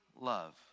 Love